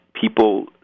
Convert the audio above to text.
people